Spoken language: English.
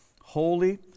holy